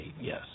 Yes